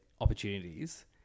opportunities